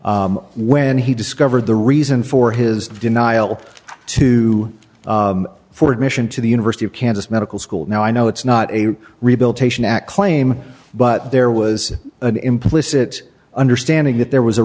action when he discovered the reason for his denial to for admission to the university of kansas medical school now i know it's not a rehabilitation act claim but there was an implicit understanding that there was a